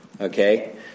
Okay